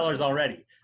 already